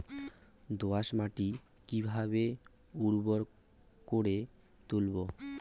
দোয়াস মাটি কিভাবে উর্বর করে তুলবো?